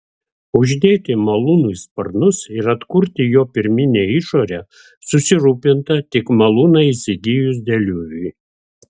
uždėti malūnui sparnus ir atkurti jo pirminę išorę susirūpinta tik malūną įsigijus deliuviui